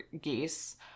geese